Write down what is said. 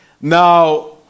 Now